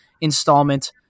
installment